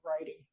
writing